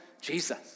Jesus